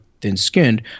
thin-skinned